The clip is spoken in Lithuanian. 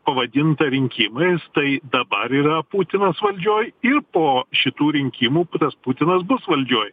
pavadinta rinkimais tai dabar yra putinas valdžioj ir po šitų rinkimų tas putinas bus valdžioj